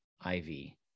Ivy